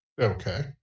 Okay